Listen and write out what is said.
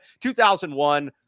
2001